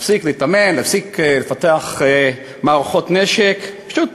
להפסיק להתאמן, להפסיק לפתח מערכות נשק, פשוט